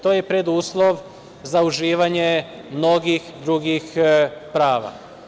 To je preduslov za uživanje mnogih drugih prava.